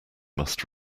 must